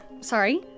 sorry